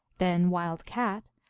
then wild cat,